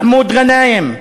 מחמוד גנאים,